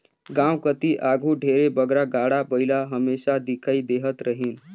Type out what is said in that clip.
गाँव कती आघु ढेरे बगरा गाड़ा बइला हमेसा दिखई देहत रहिन